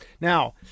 Now